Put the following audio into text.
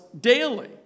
daily